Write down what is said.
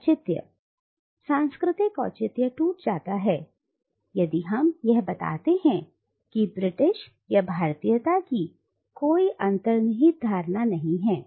औचित्य सांस्कृतिकऔचित्य टूट जाता है यदि हम यह बताते हैं कि ब्रिटिश या भारतीयता की कोई अंतर्निहित धारणा नहीं है